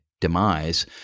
demise